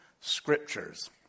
scriptures